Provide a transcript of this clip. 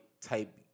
type